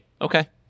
Okay